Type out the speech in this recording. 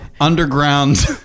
underground